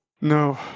No